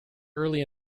early